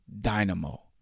dynamo